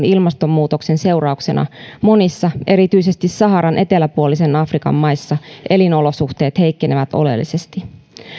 ilmastonmuutoksen seurauksena monissa erityisesti saharan eteläpuolisen afrikan maissa elinolosuhteet heikkenevät oleellisesti